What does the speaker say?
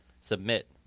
submit